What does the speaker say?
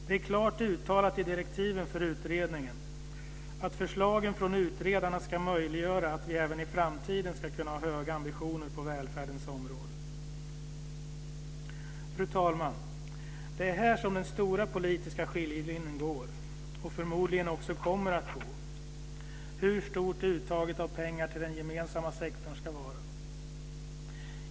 Det är klart uttalat i direktiven för utredningen att förslagen från utredarna ska möjliggöra att vi även i framtiden ska kunna ha höga ambitioner på välfärdens område. Fru talman! Det är här som den stora politiska skiljelinjen går och förmodligen också kommer att gå - hur stort uttaget av pengar till den gemensamma sektors ska vara.